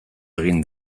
egin